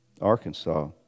Arkansas